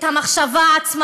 את המחשבה עצמה,